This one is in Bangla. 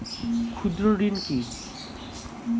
ক্ষুদ্র ঋণ কি?